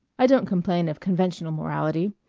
i don't complain of conventional morality.